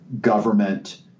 government